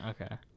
okay